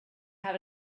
have